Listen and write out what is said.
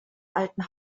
alten